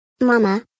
Mama